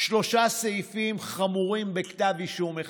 שלושה סעיפים חמורים בכתב אישום אחד,